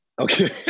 Okay